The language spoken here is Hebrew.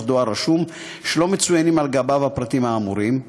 דואר רשום שלא מצוינים על גביו הפרטים האמורים,